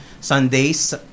Sundays